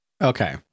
Okay